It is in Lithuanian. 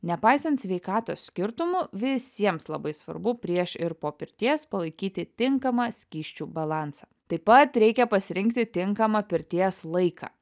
nepaisant sveikatos skirtumų visiems labai svarbu prieš ir po pirties palaikyti tinkamą skysčių balansą taip pat reikia pasirinkti tinkamą pirties laiką